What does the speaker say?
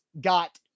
got